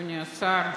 אדוני השר,